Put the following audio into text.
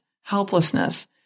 helplessness